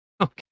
Okay